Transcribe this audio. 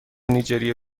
نیجریه